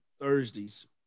Thursdays